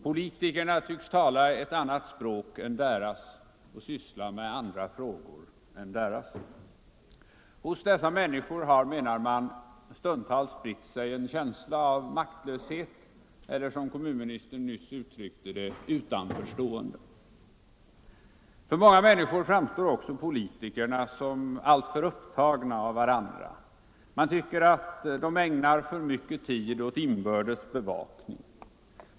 Politikerna tycks tala ett annat språk än deras och sysslar med andra frågor än deras. Hos dessa människor har — menar man -— stundtals spritt sig en känsla av maktlöshet eller, som kommunministern nyss uttryckte det, utanförstående. För många människor framstår också politikerna som alltför upptagna av varandra. Man tycker att de ägnar för mycket tid åt inbördes bevakning.